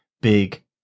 big